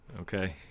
okay